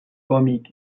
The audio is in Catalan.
còmic